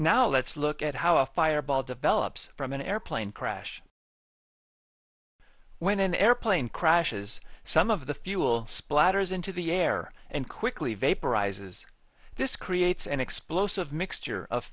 now let's look at how a fireball develops from an airplane crash when an airplane crashes some of the fuel splatters into the air and quickly vaporizes this creates an explosive mixture of